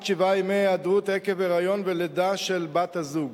שבעה ימי היעדרות עקב היריון ולידה של בת הזוג.